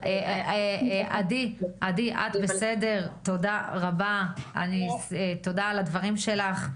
עדי, את בסדר, תודה רבה על הדברים שלך.